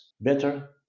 better